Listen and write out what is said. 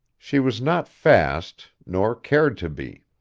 she was not fast, nor cared to be.